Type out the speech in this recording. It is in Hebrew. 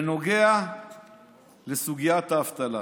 בנוגע לסוגיית האבטלה.